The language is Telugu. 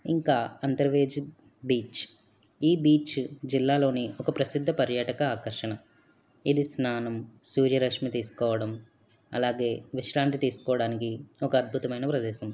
ఇంకా అంతర్వేది బీచ్ ఈ బీచ్ జిల్లాలోని ఒక ప్రసిద్ధ పర్యటక ఆకర్షణ ఇది స్నానం సూర్య రష్మి తీసుకోవడం అలాగే విశ్రాంతి తీసుకోవడానికి ఒక అద్భుతమైన ప్రదేశం